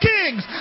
Kings